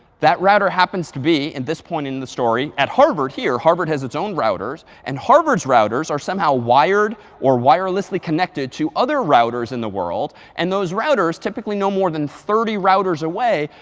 that router happens to be, at and this point in the story, at harvard here. harvard has its own routers. and harvard's routers are somehow wired or wirelessly connected to other routers in the world. and those routers, typically no more than thirty routers away,